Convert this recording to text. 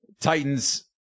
Titans